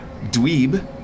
Dweeb